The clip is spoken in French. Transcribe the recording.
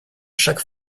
chaque